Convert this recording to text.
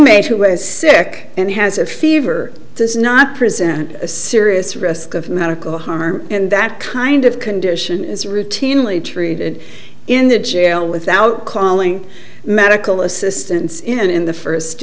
was sick and has a fever does not present a serious risk of medical harm and that kind of condition is routinely treated in the jail without calling medical assistance in in the first